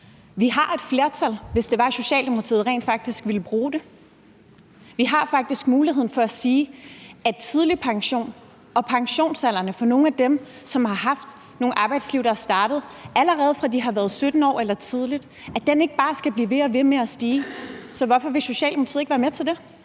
Vi har et flertal, hvis det var, at Socialdemokratiet rent faktisk ville bruge det. Vi har faktisk muligheden for at sige i forhold til tidlig pension og pensionsalderen for nogle af dem, som har haft nogle arbejdsliv, der er startet, allerede fra de har været 17 år eller tidligt, at den ikke bare skal blive ved og ved med at stige. Så hvorfor vil Socialdemokratiet ikke være med til det?